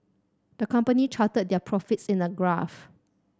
the company charted their profits in a graph